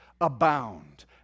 abound